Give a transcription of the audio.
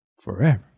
forever